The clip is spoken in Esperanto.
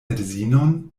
edzinon